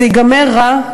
זה ייגמר רע,